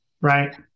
right